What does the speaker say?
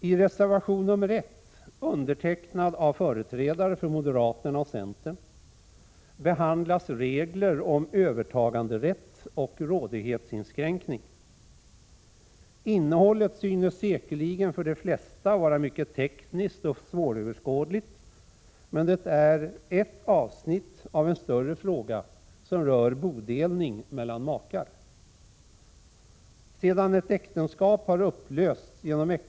I reservation nr 1, undertecknad av företrädare för moderaterna och centern, behandlas regler om övertaganderätt och rådighetsinskränkning. Innehållet synes säkerligen för de flesta vara mycket tekniskt och svåröverskådligt, men det är ett avsnitt av en större fråga som rör bodelning mellan makar.